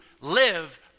live